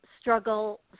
struggle